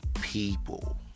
people